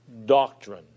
Doctrine